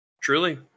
Truly